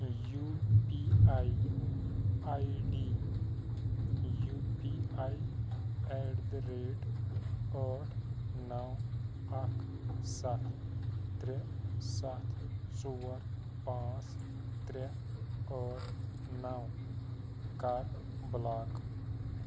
U P I I D U P I at the rate ٲٹھ نَو اَکھ سَتھ ترٛےٚ سَتھ ژور پانٛژھ ترٛےٚ ٲٹھ نَو کَر بُلاک